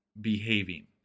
behaving